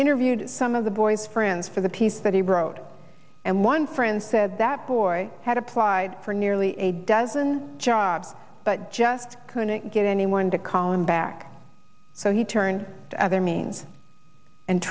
interviewed some of the boys friends for the piece that he wrote and one friend said that boy had applied for nearly a dozen jobs but just couldn't get anyone to call him back so he turned to other means and